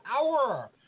Hour